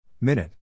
Minute